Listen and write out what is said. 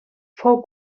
fou